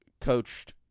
coached